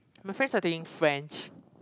my friends are taking French